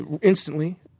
instantly –